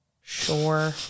sure